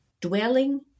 dwelling